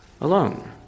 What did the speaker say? alone